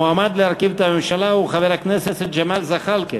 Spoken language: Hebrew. המועמד להרכיב את הממשלה הוא חבר הכנסת ג'מאל זחאלקה.